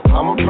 I'ma